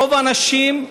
רוב האנשים,